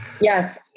yes